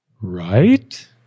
right